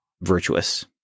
virtuous